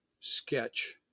sketch